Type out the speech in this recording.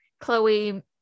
Chloe